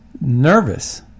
nervous